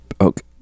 okay